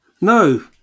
No